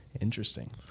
Interesting